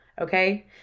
okay